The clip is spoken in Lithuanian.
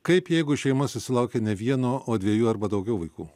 kaip jeigu šeima susilaukė ne vieno o dviejų arba daugiau vaikų